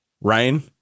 Ryan